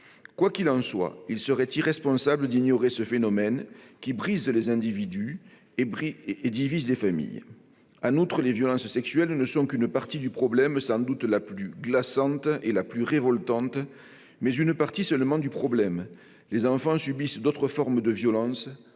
Quoi qu'il en soit, il serait irresponsable d'ignorer ce phénomène qui brise les individus et divise les familles. En outre, les violences sexuelles ne sont qu'une partie du problème, sans doute la plus glaçante et la plus révoltante, mais une partie seulement. Les enfants subissent d'autres formes de violences